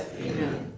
Amen